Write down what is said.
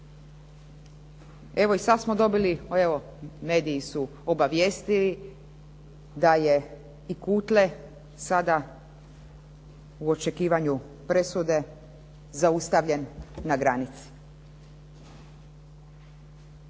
Evo i sad smo dobili, evo mediji su obavijestili da je i Kutle sada u očekivanju presude zaustavljen na granici.